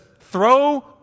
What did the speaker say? Throw